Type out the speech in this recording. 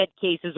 cases